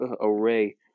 array